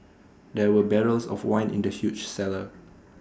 there were barrels of wine in the huge cellar